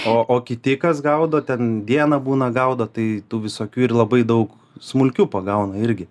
o o kiti kas gaudo ten dieną būna gaudo tai tų visokių ir labai daug smulkių pagauna irgi